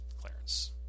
clarence